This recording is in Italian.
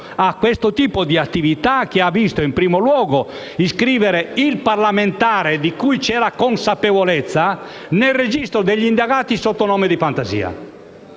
a questo tipo di attività, che ha visto, in primo luogo, iscrivere il parlamentare - di cui c'è la consapevolezza - nel registro degli indagati sotto un nome di fantasia,